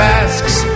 asks